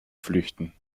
flüchten